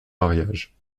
mariages